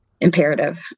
imperative